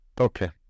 okay